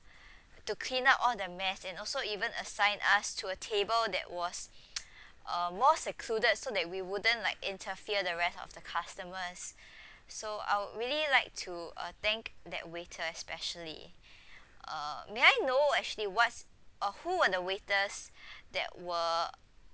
to clean up all the mess and also even assigned us to a table that was a more secluded so that we wouldn't like interfere the rest of the customers so I really like to uh thank that waiter especially uh may I know actually what's uh who are the waiters that were